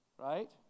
right